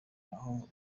aho